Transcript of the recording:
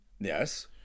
Yes